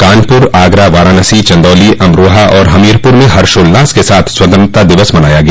कानपुर आगरा वाराणसी चन्दौली अमरोहा और हमीरपुर में हर्षोल्लास के साथ स्वतंत्रता दिवस मनाया गया